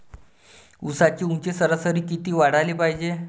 ऊसाची ऊंची सरासरी किती वाढाले पायजे?